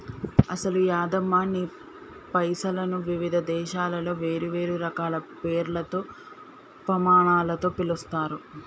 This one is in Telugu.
అసలు యాదమ్మ నీ పైసలను వివిధ దేశాలలో వేరువేరు రకాల పేర్లతో పమానాలతో పిలుస్తారు